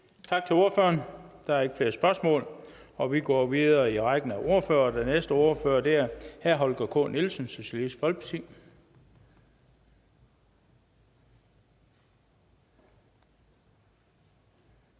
Tak til ordføreren. Der er ikke flere spørgsmål. Vi går videre i rækken af ordførere, og den næste ordfører er hr. Holger K. Nielsen, Socialistisk Folkeparti.